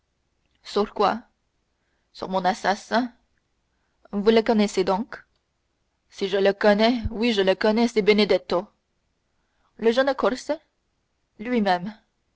quoi sur mon assassin vous le connaissez donc si je le connais oui je le connais c'est benedetto ce jeune corse lui-même